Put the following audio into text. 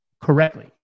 correctly